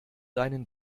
deinen